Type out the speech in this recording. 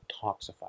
toxify